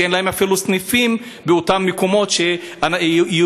שאין להם אפילו סניפים באותם מקומות שיהיו